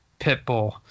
Pitbull